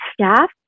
staff